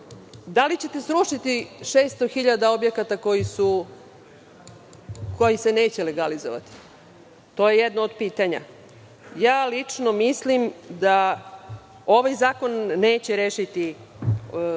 li ćete srušiti 600 hiljada objekata koji se neće legalizovati? To je jedno od pitanja. Lično mislim da ovaj zakon neće rešiti